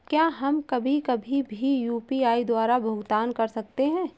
क्या हम कभी कभी भी यू.पी.आई द्वारा भुगतान कर सकते हैं?